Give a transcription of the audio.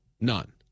None